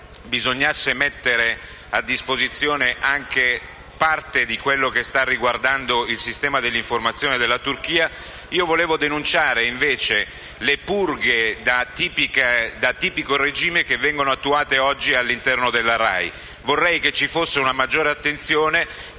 bisogna mettere a disposizione anche parte di quello che sta riguardando il sistema di informazione della Turchia, vorrei denunciare le purghe da tipico regime attuate oggi all'interno della RAI. Vorrei che ci fosse una maggiore attenzione